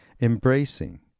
embracing